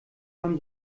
beim